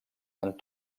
han